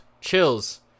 chills